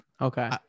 okay